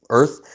earth